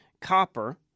copper